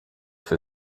für